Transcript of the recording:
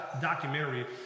documentary